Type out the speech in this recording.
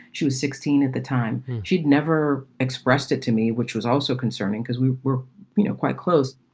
she was sixteen at the time. she'd never expressed it to me, which was also concerning because we were you know quite close.